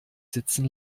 sitzen